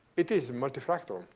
it is a multi-fractal.